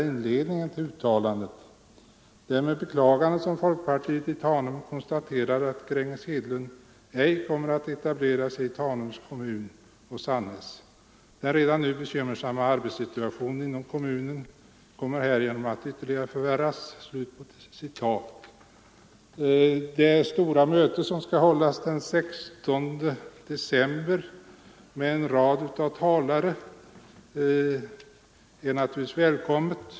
Inledningen till det uttalandet löd: ”Det är med beklagande som folkpartiet i Tanum konstaterar att Gränges Hedlund ej kommer att etablera sig i Tanums kommun och Sannäs. Den redan nu bekymmersamma arbetssituationen inom kommunen kommer härigenom att ytterligare förvärras.” Det stora möte som skall hållas den 16 december med en rad talare är naturligtvis välkommet.